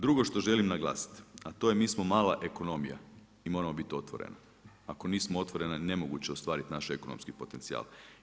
Drugo što želim naglasiti, a to je mi smo mala ekonomija i moramo biti otvorena, ako nismo otvorena nemoguće je ostvariti naš ekonomski potencijal.